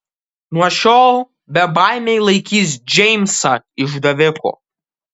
nuo šiol bebaimiai laikys džeimsą išdaviku